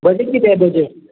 budget किती आहे budget